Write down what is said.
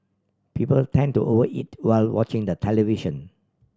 people tend to over eat while watching the television